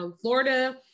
Florida